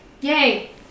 Yay